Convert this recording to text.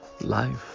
life